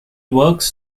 works